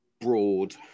broad